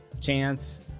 chance